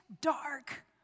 dark